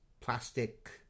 plastic